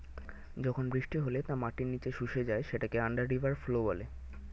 যখন বৃষ্টি হলে তা মাটির নিচে শুষে যায় সেটাকে আন্ডার রিভার ফ্লো বলে